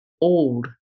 old